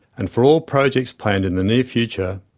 and for all projects planned in the near future,